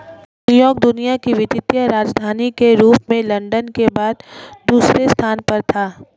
New York दुनिया की वित्तीय राजधानी के रूप में लंदन के बाद दूसरे स्थान पर था